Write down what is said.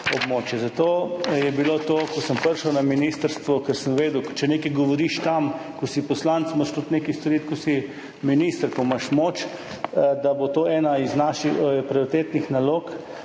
območja. Zato je to, ko sem prišel na ministrstvo – ker sem vedel, da če nekaj govoriš tam, ko si poslanec, moraš tudi nekaj storiti, ko si minister, ko imaš moč – postalo ena od naših prioritetnih nalog,